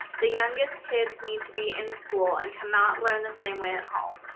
the youngest kids need to be in school and cannot learn the same way at home.